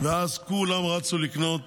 וכולם רצו לקנות